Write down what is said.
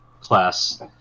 class